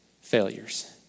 failures